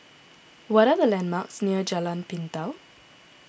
what are the landmarks near Jalan Pintau